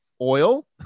oil